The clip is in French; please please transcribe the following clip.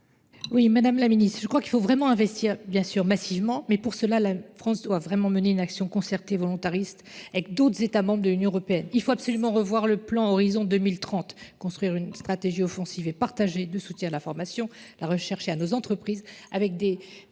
Oui, Mme la Ministre, je crois qu'il faut vraiment investir, bien sûr, massivement, mais pour cela, la France doit vraiment mener une action concertée, volontariste, avec d'autres États membres de l'Union européenne. Il faut absolument revoir le plan Horizon 2030, construire une stratégie offensive et partager de soutien à la formation, la recherche et à nos entreprises, avec des